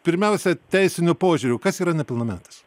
pirmiausia teisiniu požiūriu kas yra nepilnametis